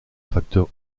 facteur